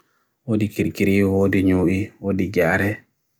wo di kiri kiri wo di nyui wo di gyare